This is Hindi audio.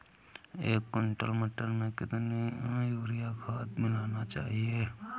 एक कुंटल मटर में कितना यूरिया खाद मिलाना चाहिए?